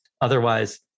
Otherwise